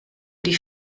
die